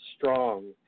strong